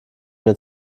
mir